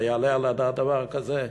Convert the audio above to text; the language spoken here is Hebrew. היעלה על הדעת דבר כזה?